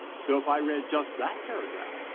so if i read just that paragraph,